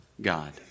God